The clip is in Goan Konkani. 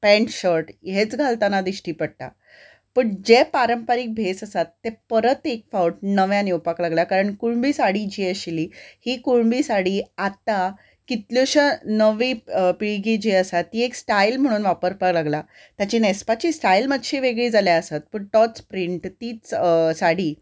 पँट शर्ट हेंच घालतना दिश्टी पडटा पूण जे पारंपारीक भेस आसात ते परत एक फावट नव्यान येवपाक लागला कारण कुणबी साडी जी आशिल्ली ही कुळमी साडी आतां कितल्याशा नवी पिळगी जी आसा ती एक स्टायल म्हणून वापरपाक लागला ताचें न्हेसपाची स्टायल मातशी वेगळी जाल्या आसत पूण तोच प्रिंट तीच साडी